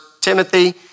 Timothy